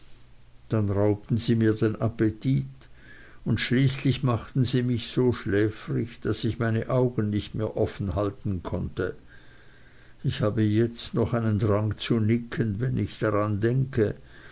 dann raubten sie mir den appetit und schließlich machten sie mich so schläfrig daß ich meine augen nicht mehr offen halten konnte ich habe jetzt noch einen drang zu nicken wenn ich daran denke